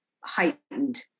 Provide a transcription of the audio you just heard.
heightened